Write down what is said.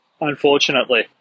unfortunately